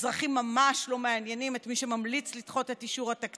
האזרחים ממש לא מעניינים את מי שממליץ לדחות את אישור התקציב.